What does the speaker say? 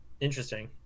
interesting